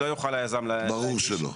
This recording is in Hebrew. לא יוכל היזם להגיש --- ברור שלא.